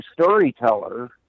storyteller